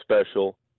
special